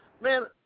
man